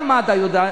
גם מד"א יודעים,